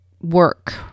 work